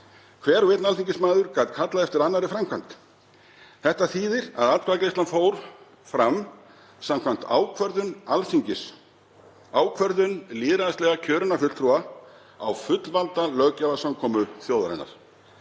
Hver og einn alþingismaður gat kallað eftir annarri framkvæmd. Þetta þýðir að atkvæðagreiðslan fór fram samkvæmt ákvörðun Alþingis, ákvörðun lýðræðislega kjörinna fulltrúa á fullvalda löggjafarsamkomu þjóðarinnar.